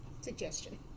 Suggestion